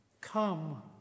Come